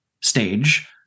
stage